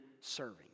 serving